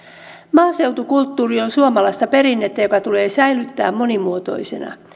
maaseutukulttuuri on suomalaista perinnettä joka tulee säilyttää monimuotoisena